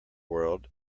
world